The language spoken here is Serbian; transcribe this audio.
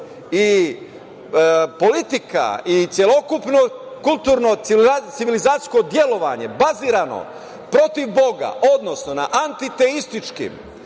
i politika i celokupno kulturno civilizacijsko delovanje bazirano protiv Boga, odnosno na antiteističkim,